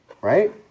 right